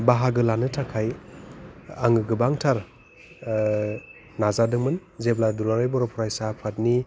बाहागो लानो थाखाय आङो गोबांथार नाजादोंमोन जेब्ला दुलाराय बर' फरायसा आफादनि